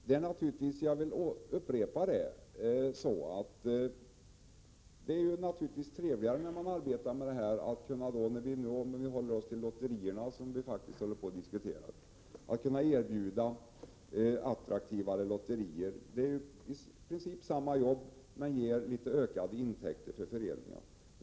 För att så tala om lotterierna, som vi faktiskt håller på att diskutera, vill jag säga att det naturligtvis är trevligt att kunna erbjuda mera attraktiva lotterier. Det är i princip samma jobb, men det ger litet ökade intäkter för föreningarna.